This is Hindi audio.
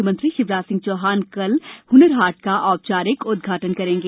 म्ख्यमंत्री शिवराज सिंह चौहान कल हनर हाट का औपचारिक उदघाटन करेंगे